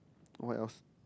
what else